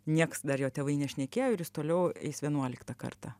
nieks dar jo tėvai nešnekėjo ir jis toliau eis vienuoliktą kartą